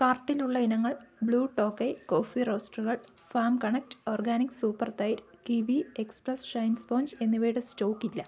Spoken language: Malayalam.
കാർട്ടിലുള്ള ഇനങ്ങൾ ബ്ലൂ ടോക്കൈ കോഫി റോസ്റ്ററുകൾ ഫാം കണക്ട് ഓർഗാനിക് സൂപ്പർ തൈര് കിവി എക്സ്പ്രസ് ഷൈൻ സ്പോഞ്ച് എന്നിവയുടെ സ്റ്റോക്കില്ല